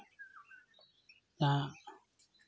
ᱡᱟᱦᱟᱸ